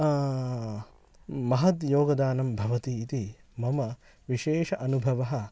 महद्योगदानं भवति इति मम विशेष अनुभवः